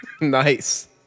Nice